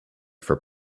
for